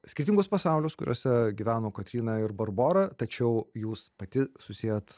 skirtingus pasaulius kuriuose gyveno kotryna ir barbora tačiau jūs pati susiejat